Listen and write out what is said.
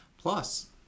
Plus